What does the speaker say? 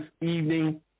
evening